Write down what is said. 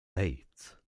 eight